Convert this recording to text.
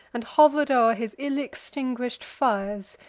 and hover'd o'er his ill-extinguish'd fires.